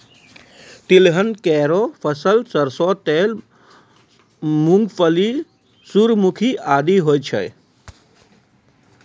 तिलहन केरो फसल सरसों तेल, मूंगफली, सूर्यमुखी आदि छै